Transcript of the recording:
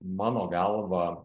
mano galva